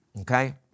okay